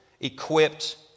equipped